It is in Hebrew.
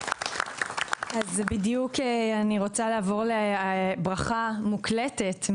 אני רוצה לעבור לברכה מוקלטת,